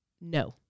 No